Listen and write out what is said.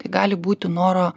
tai gali būti noro